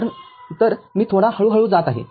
तरमी थोडा हळू हळू जात आहे